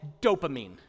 dopamine